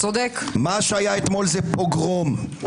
מה שהיה אתמול זה פוגרום.